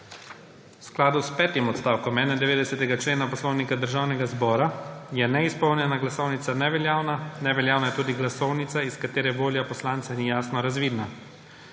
V skladu s petim odstavkom 91. člena Poslovnika Državnega zbora je neizpolnjena glasovnica neveljavna. Neveljavna je tudi glasovnica, iz katere volja poslanca ni jasno razvidna.